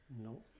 No